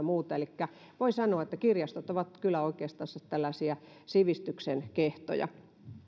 muuta voi sanoa että kirjastot ovat kyllä oikeastaan tällaisia sivistyksen kehtoja